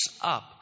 up